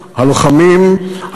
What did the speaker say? הלוחמים,